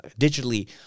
digitally